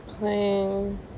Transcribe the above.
Playing